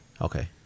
Okay